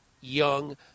young